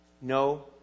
No